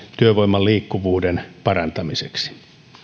työvoiman liikkuvuuden parantamiseksi